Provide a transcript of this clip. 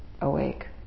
awake